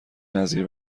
نظیر